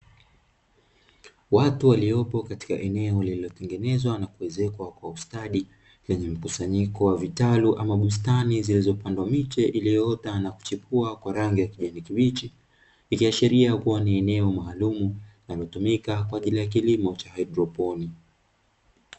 Watu waliopo katika eneo liliotengenezwa na kuezekwa kwa ustadi lenye mkusanyiko wa vitaru ama bustani, zilizopandwa miche iliyokua na kuchipua kwa rangi ya kijani kibichi. Ikiashiria kuwa ni eneo maalumu linalotumika kwa ajili kilimo cha haidroponi.